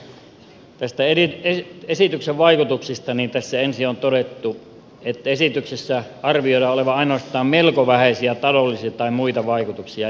mutta näistä esityksen vaikutuksista tässä ensin on todettu että esityksellä arvioidaan olevan ainoastaan melko vähäisiä taloudellisia tai muita vaikutuksia